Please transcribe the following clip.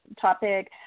topic